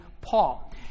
Paul